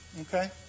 Okay